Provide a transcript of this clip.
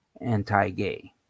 anti-gay